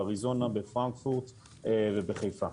באריזונה בפרנקפורט ובחיפה.